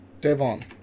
Devon